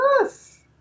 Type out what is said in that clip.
Yes